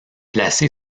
placé